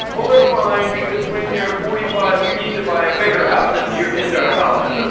oh, they're fine, because when you're forty-five, you need to buy a bigger house now that your kids are out of college. so